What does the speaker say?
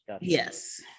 Yes